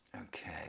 okay